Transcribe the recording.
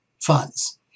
funds